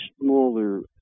smaller